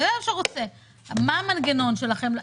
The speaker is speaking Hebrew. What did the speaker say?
מה המנגנון שלכם?